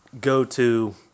go-to